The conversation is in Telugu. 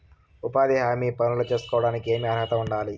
ఉపాధి హామీ పనులు సేసుకోవడానికి ఏమి అర్హత ఉండాలి?